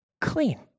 clean